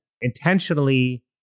intentionally